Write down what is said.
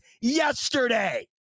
yesterday